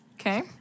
Okay